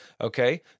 Okay